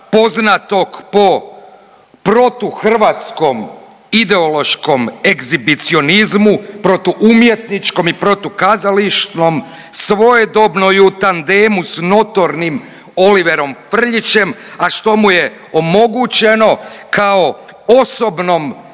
poznatog po protuhrvatskom ideološkom egzibicionizmu, protuumjetničkom i protukazališnom svojedobno i u tandemu s notornim Oliverom Frljićem, a što mu je omogućeno kao osobnom